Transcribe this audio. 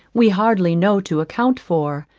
we hardly know to account for,